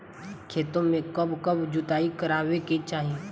खेतो में कब कब जुताई करावे के चाहि?